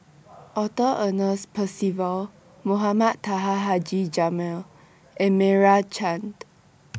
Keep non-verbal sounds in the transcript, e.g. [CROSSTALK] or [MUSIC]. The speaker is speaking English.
Arthur Ernest Percival Mohamed Taha Haji Jamil and Meira Chand [NOISE]